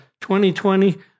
2020